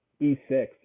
e6